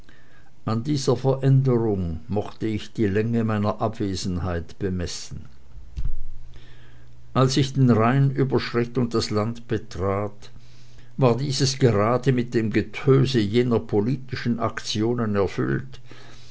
an dieser veränderung mochte ich die länge meiner abwesenheit bemessen als ich den rhein überschritt und das land betrat war dieses gerade mit dem getöse jener politischen aktionen erfüllt